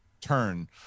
turn